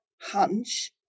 hunch